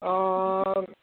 অঁ